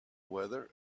weather